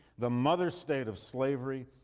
the mother-state of slavery,